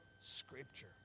scripture